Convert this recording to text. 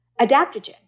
adaptogen